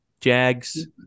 Jags